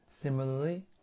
Similarly